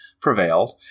prevailed